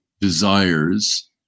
desires